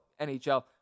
NHL